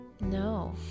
No